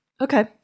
okay